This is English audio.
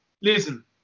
Listen